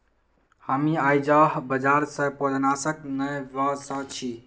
हामी आईझ बाजार स पौधनाशक ने व स छि